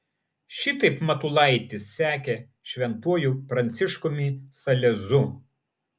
šitaip matulaitis sekė šventuoju pranciškumi salezu